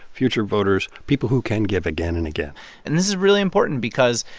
future voters, people who can give again and again and this is really important because,